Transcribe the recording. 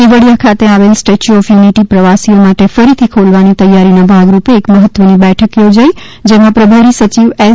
કેવડીયા ખાતે આવેલ Statue of Unity પ્રવાસીઓ માટે ફરીથી ખોલવાની તૈયારીને ભાગ રૂપે એક મહત્વ ની બેઠક યોજાઇ ગઈ જેમાં પ્રભારી સચિવ એસ